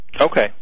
Okay